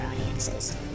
audiences